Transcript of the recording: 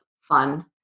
fun